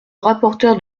rapporteur